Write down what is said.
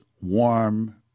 warm